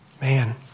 Man